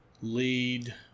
lead